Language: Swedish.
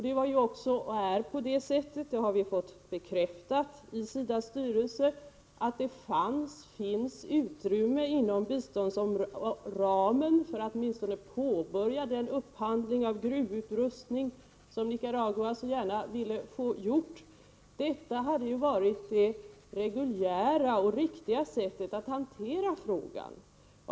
Det fanns och finns utrymme inom biståndsramen — det har vi fått bekräftat i SIDA:s styrelse — för att åtminstone påbörja den upphandling av gruvutrustning som Nicaragua så gärna ville få gjord. Detta hade varit det reguljära och riktiga sättet att hantera frågan.